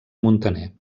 muntaner